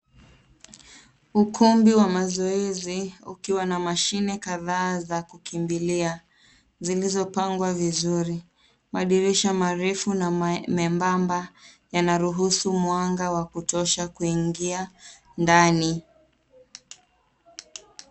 Ukumbi wa mazoezi ukiwa na mashine kadhaa za kukimbilia zilizopangwa vizuri. Madirisha marefu na membamba yanaruhusu mwanga wa kutosha kuingia ndani.